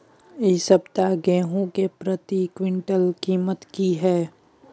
इ सप्ताह गेहूं के प्रति क्विंटल कीमत की हय?